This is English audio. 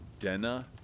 Denna